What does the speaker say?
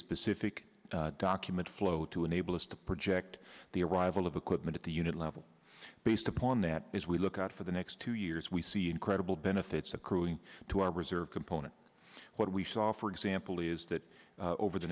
specific document flow to enable us to project the arrival of equipment at the unit level based upon that as we look out for the next two years we see incredible benefits accruing to our reserve component what we saw for example is that over the